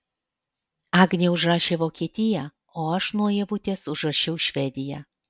agnė užrašė vokietiją o aš nuo ievutės užrašiau švediją